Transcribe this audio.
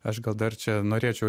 aš gal dar čia norėčiau